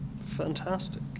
Fantastic